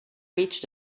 reached